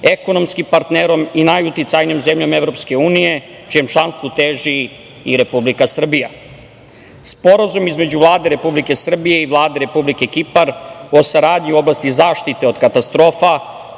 ekonomskim partnerom i najuticajnijom zemljom EU, čijem članstvu teži i Republika Srbija. Sporazum između Vlade Republike Srbije i Vlade Republike Kipar o saradnji u oblasti zaštite od katastrofa